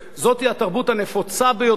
זוהי התרבות הנפוצה ביותר,